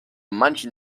manchen